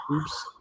Oops